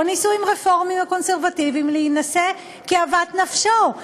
בנישואים רפורמיים או קונסרבטיביים להינשא כאוות נפשו?